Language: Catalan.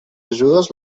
ajudes